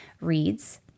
reads